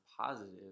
positive